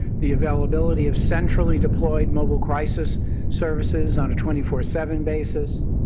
the availability of centrally deployed mobile crisis services on a twenty four seven basis,